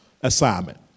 assignment